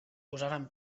posaren